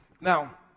Now